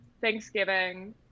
Thanksgiving